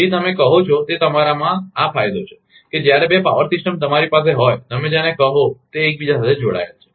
તેથી તમે કહો છો તે તમારામાં આ ફાયદો છે કે જ્યારે બે પાવર સિસ્ટમ્સ તમારી પાસે હોય તમે જેને કહો તે એકબીજા સાથે જોડાયેલ છે